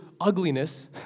ugliness